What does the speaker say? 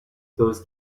those